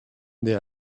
they